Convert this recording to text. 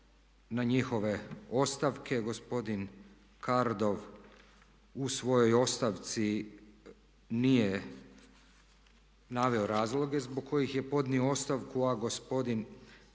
na njihove ostavke. Gospodin Kardov u svojoj ostavci nije naveo razloge zbog kojih je podnio ostavku, a gospodin